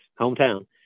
hometown